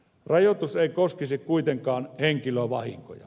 rajoitus ei koskisi kuitenkaan henkilövahinkoja